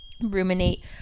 ruminate